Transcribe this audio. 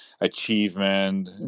achievement